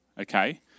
okay